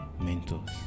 mentors